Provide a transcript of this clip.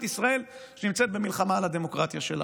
ישראל שנמצאת במלחמה על הדמוקרטיה שלה.